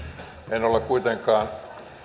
en ole kuitenkaan